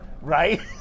Right